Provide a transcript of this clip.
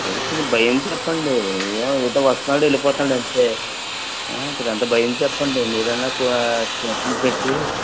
ఏదో కొంచెం భయం చెప్పండి ఏమో ఏదో వస్తున్నాడు వెళ్ళిపోతున్నాడు అంతే కొంచెం అంత భయం చెప్పండి మీరైన ట్యూషన్ పెట్టి